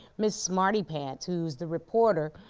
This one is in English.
miss smartypants, who's the reporter,